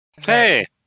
Hey